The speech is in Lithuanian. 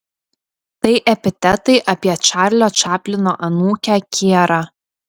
tai epitetai apie čarlio čaplino anūkę kierą